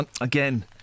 Again